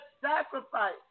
sacrifice